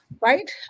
right